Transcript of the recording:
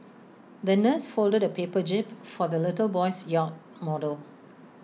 the nurse folded A paper jib for the little boy's yacht model